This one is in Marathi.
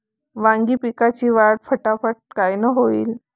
वांगी पिकाची वाढ फटाफट कायनं होईल?